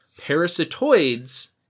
Parasitoids